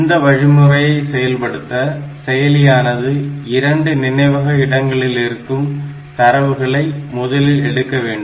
இந்த வழிமுறையை செயல்படுத்த செயலியானது 2 நினைவக இடங்களிலிருக்கும் தரவுகளை முதலில் எடுக்க வேண்டும்